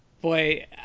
Boy